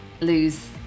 lose